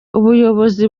ubuyobozi